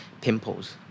pimples